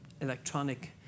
electronic